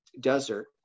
Desert